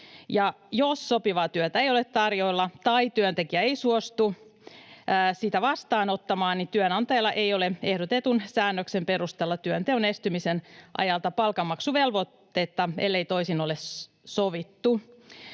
Jos sopivaa työtä ei ole tarjolla tai työntekijä ei suostu sitä vastaanottamaan, työnantajalla ei ole ehdotetun säännöksen perusteella työnteon estymisen ajalta palkanmaksuvelvoitetta, ellei toisin ole sovittu.